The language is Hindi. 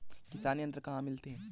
किसान यंत्र कहाँ मिलते हैं?